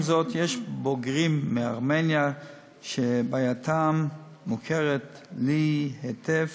עם זאת, יש בוגרים מארמניה שבעייתם מוכרת לי היטב,